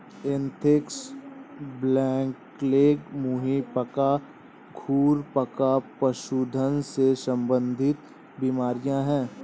anthrax, blackleg, मुंह पका, खुर पका पशुधन से संबंधित बीमारियां हैं